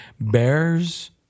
bears